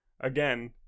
again